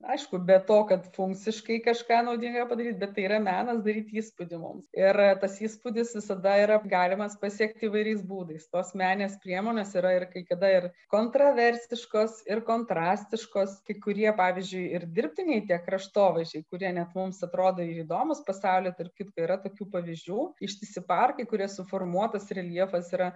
aišku be to kad funkciškai kažką naudingo padaryti bet tai yra menas daryti įspūdį mums ir tas įspūdis visada yra galimas pasiekti įvairiais būdais tos meninės priemonės yra ir kai kada ir kontroversiškos ir kontrastiškos kai kurie pavyzdžiui ir dirbtiniai tie kraštovaizdžiai kurie net mums atrodo ir įdomūs pasauly tarp kitko yra tokių pavyzdžių ištisi parkai kurie suformuotas reljefas yra